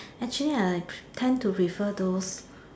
actually I tend to refer those